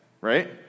right